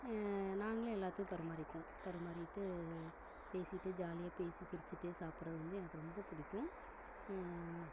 நாங்களே எல்லாத்தையும் பரிமாறிக்குவோம் பரிமாறிவிட்டு பேசிகிட்டு ஜாலியாக பேசி சிரிச்சுட்டே சாப்பிடுறது வந்து எனக்கு ரொம்ப பிடிக்கும்